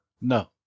No